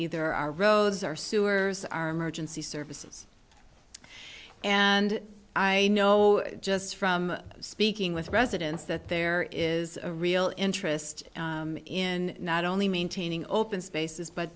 either our roads our sewers our emergency services and i know just from speaking with residents that there is a real interest in not only maintaining open spaces but